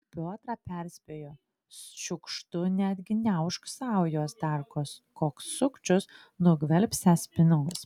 piotrą perspėjo šiukštu neatgniaužk saujos dar koks sukčius nugvelbsiąs pinigus